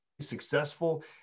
successful